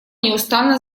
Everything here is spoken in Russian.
неустанно